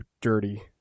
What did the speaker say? dirty